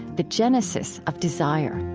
the genesis of desire.